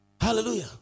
Hallelujah